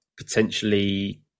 potentially